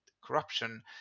Corruption